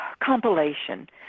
compilation